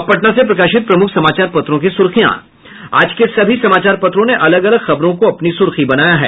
अब पटना से प्रकाशित प्रमुख समाचार पत्रों की सुर्खियां आज के सभी समाचार पत्रों ने अलग अलग खबरों को अपनी सुर्खी बनाया है